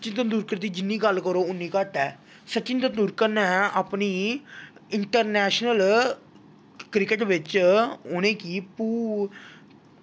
सचिन तेंदुलकर दी जिन्नी गल्ल करो उन्नी घट्ट ऐ सचिन तेंदुलक ने अपनी इंटरनैशनल क्रिकेट बिच्च उ'नें गी पूरी